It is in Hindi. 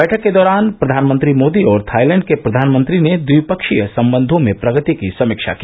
बैठक के दौरान प्रधानमंत्री मोदी और थाईलैंड के प्रधानमंत्री ने द्विपक्षीय संबंधों में प्रगति की समीक्षा की